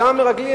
גם המרגלים,